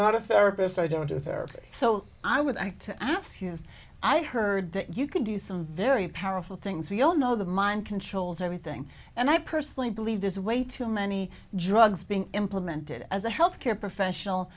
not a therapist i don't do therapy so i would like to ask you as i heard that you can do some very powerful things we all know the mind controls everything and i personally believe there's way too many drugs being implemented as a health care professional